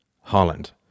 Holland